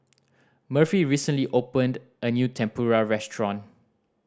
Murphy recently opened a new Tempura restaurant